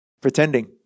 pretending